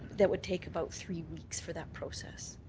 that would take about three weeks for that process.